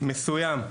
מסוים,